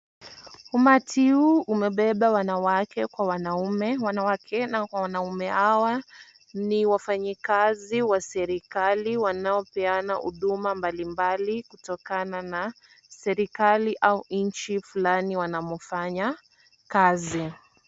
Umati huu umebeba wanawake kwa wanaume. Wanawake na wanaume hawa ni wafanyikazi wa serikali wanaopeana huduma mbalimbali kutokana na serikali au nchi fulani wanamofanya kazi.